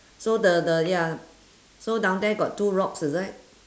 so the the ya so down there got two rocks is it